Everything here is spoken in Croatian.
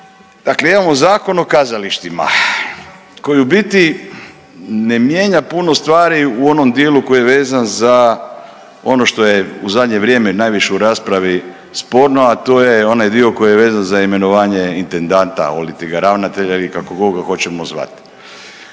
dakle imamo Zakon o kazalištima koji u biti ne mijenja puno stvari u onom dijelu koji je vezan za ono što je u zadnje vrijeme najviše u raspravi sporno, a to onaj dio koji je vezan za imenovanje intendanta oliti ga ravnatelja ili kako god ga hoćemo zvati.